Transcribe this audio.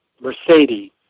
Mercedes